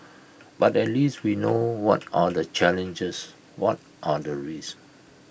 but at least we know what are the challenges what are the risks